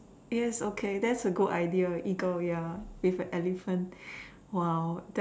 yes okay that's a good idea eagle ya it's a elephant !wow!